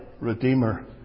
Redeemer